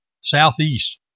southeast